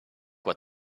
what